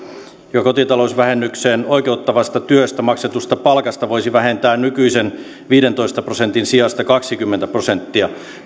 ja kotitalousvähennykseen oikeuttavasta työstä maksetusta palkasta voisi vähentää nykyisen viidentoista prosentin sijasta kaksikymmentä prosenttia